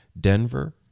Denver